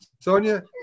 Sonia